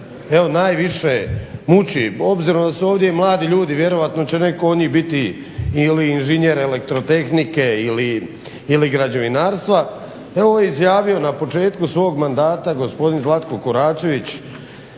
evo najviše muči obzirom da su ovdje i mladi ljudi, vjerojatno će netko od njih biti ili inženjer elektrotehnike ili građevinarstva evo izjavio na početku svog mandata gospodin Zlatko Koračević,